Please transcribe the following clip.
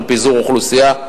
של פיזור אוכלוסייה,